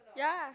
ya